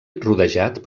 rodejat